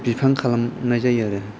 बिफां खालामनाय जायो आरो